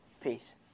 Peace